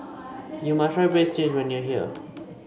you must try Breadsticks when you are here